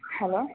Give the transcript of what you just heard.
hello